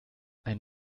ein